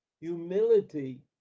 Humility